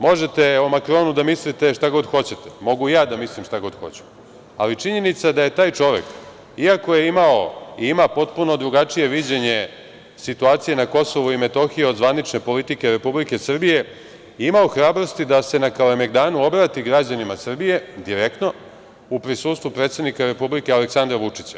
Možete o Makronu da mislite šta god hoćete, mogu ja da mislim šta god hoću, ali činjenica je da taj čovek iako je imao i ima potpuno drugačije viđenje situacije na Kosovu i Metohiji od zvanične politike Republike Srbije i imao hrabrosti da se na Kalemegdanu obrati građanima Srbija direktno u prisustvu predsednika Republike Aleksandra Vučića.